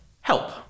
help